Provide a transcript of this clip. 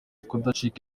kudacika